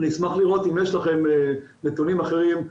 אני אשמח לראות אם יש לכם נתונים אחרים,